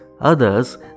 others